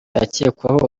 akekwaho